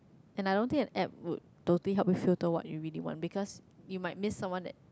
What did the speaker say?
and I don't think an app would totally help you filter what you really want because you might miss someone that